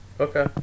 Okay